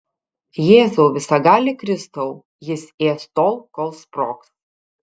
jėzau visagali kristau jis ės tol kol sprogs